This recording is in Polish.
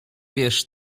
wiesz